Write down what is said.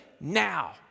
now